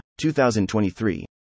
2023